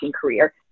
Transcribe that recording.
career